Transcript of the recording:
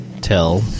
tell